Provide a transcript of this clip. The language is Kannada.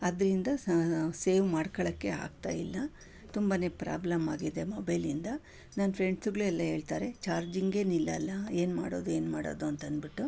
ಅದರಿಂದ ಸೇವ್ ಮಾಡ್ಕೊಳ್ಳೋಕೆ ಆಗ್ತಾಯಿಲ್ಲ ತುಂಬನೇ ಪ್ರಾಬ್ಲಮ್ಮಾಗಿದೆ ಮೊಬೈಲಿಂದ ನನ್ನ ಫ್ರೆಂಡ್ಸುಗಳೆಲ್ಲ ಹೇಳ್ತಾರೆ ಚಾರ್ಜಿಂಗೇ ನಿಲ್ಲಲ್ಲ ಏನು ಮಾಡೋದು ಏನು ಮಾಡೋದು ಅಂತಂದ್ಬಿಟ್ಟು